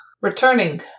Returning